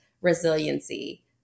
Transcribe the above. resiliency